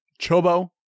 Chobo